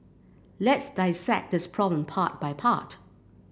let's dissect this problem part by part